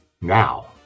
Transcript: Now